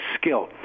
skill